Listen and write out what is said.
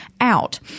out